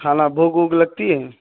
کھانا بھوک اوک لگتی ہے